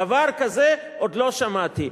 דבר כזה עוד לא שמעתי.